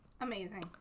Amazing